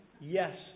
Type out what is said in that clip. Yes